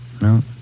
No